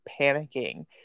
panicking